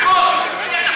לחקור?